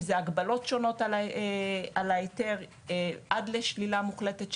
אם זה הגבלות שונות על ההיתר עד לשלילה מוחלטת,